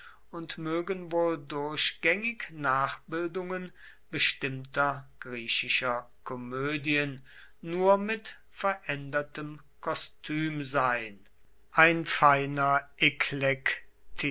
und mögen wohl durchgängig nachbildungen bestimmter griechischer komödien nur mit verändertem kostüm sein ein feiner